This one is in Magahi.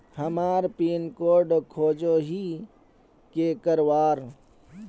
हमार पिन कोड खोजोही की करवार?